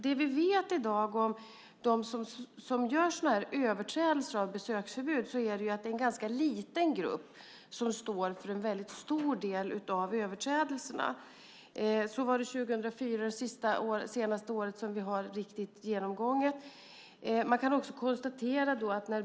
Det vi vet i dag om dem som gör överträdelser av besökförbud är att det är en ganska liten grupp som står för en väldigt stor del av överträdelserna. Så var det 2004, som är det senaste året som vi har en genomgång ifrån.